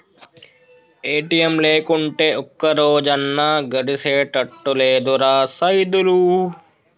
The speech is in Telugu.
ఏ.టి.ఎమ్ లేకుంటే ఒక్కరోజన్నా గడిసెతట్టు లేదురా సైదులు